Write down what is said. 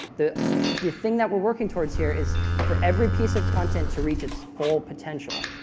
the the thing that we're working towards here is for every piece of content to reach its full potential.